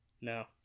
No